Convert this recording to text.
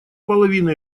половины